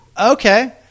Okay